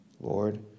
Lord